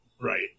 Right